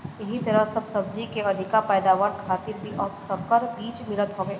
एही तरहे सब सब्जी के अधिका पैदावार खातिर भी अब संकर बीज मिलत हवे